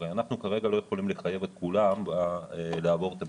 הרי אנחנו כרגע לא יכולים לחייב את כולם לעבור את הבדיקות,